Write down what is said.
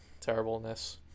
terribleness